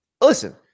listen